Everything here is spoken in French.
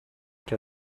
qu’à